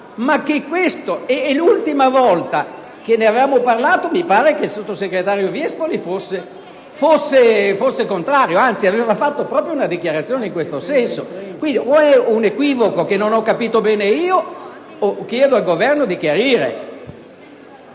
derogabilità: l'ultima volta che ne abbiamo parlato mi sembra che il sottosegretario Viespoli fosse contrario; anzi, aveva fatto proprio una dichiarazione in tal senso. Quindi o è un equivoco che non ho ben compreso, oppure chiedo al Governo di chiarire